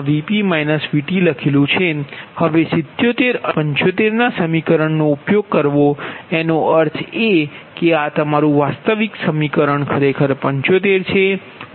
હવે 77 અને 75 ના સમીકરણનો ઉપયોગ કરવો એનો અર્થ એ કે આ તમારું વાસ્તવિક સમીકરણ ખરેખર 75 છે